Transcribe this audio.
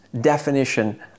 definition